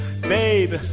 babe